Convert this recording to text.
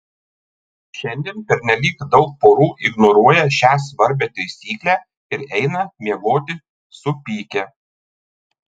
šiandien pernelyg daug porų ignoruoja šią svarbią taisyklę ir eina miegoti supykę